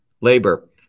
labor